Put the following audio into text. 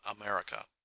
America